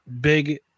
Big